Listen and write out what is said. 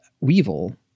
Weevil